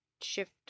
shift